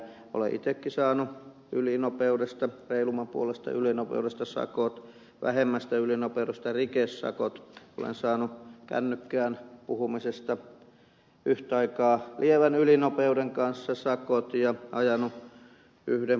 olen itsekin saanut reilumman puoleisesta ylinopeudesta sakot vähemmästä ylinopeudesta rikesakot olen saanut kännykkään puhumisesta yhtä aikaa lievän ylinopeuden kanssa sakot ja ajanut yhden porokolarinkin